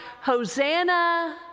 Hosanna